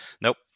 Nope